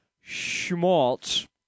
Schmaltz